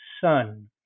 son